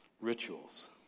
Rituals